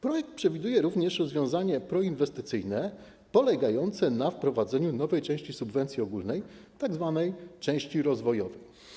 Projekt przewiduje również rozwiązanie proinwestycyjne polegające na wprowadzeniu nowej części subwencji ogólnej, tzw. części rozwojowej.